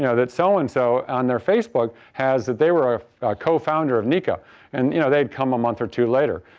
you know that so and so on the facebook has that they were ah co-founder of nika and you know they'd come a month or two later.